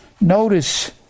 Notice